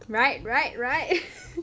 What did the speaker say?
right right right